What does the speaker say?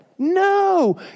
No